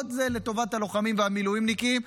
עוד לטובת הלוחמים והמילואימניקים,